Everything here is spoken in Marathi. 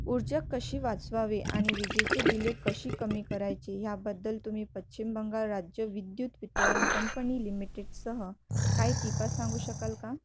ऊर्जा कशी वाचवावे आणि विजेचे बिले कशी कमी करायचे ह्याबद्दल तुम्ही पश्चिम बंगाल राज्य विद्युत वितरण कंपनी लिमिटेडसह काही टिपा सांगू शकाल का